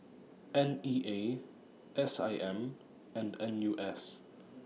N E A S I M and N U S